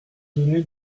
donné